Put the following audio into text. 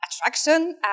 attraction